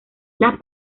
las